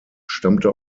stammte